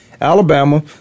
Alabama